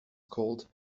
called